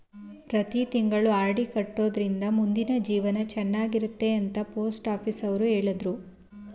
ಪ್ರತಿ ತಿಂಗಳು ಆರ್.ಡಿ ಕಟ್ಟೊಡ್ರಿಂದ ಮುಂದಿನ ಜೀವನ ಚನ್ನಾಗಿರುತ್ತೆ ಅಂತ ಪೋಸ್ಟಾಫೀಸುನವ್ರು ಹೇಳಿದ್ರು